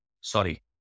Sorry